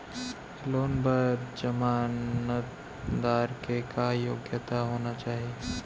Loan बर जमानतदार के का योग्यता होना चाही?